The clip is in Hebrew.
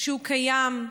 הוא קיים,